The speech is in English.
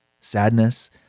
sadness